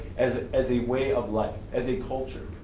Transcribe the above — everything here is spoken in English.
as as a way of life, as a culture.